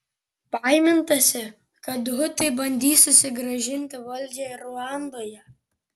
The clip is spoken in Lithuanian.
baimintasi kad hutai bandys susigrąžinti valdžią ruandoje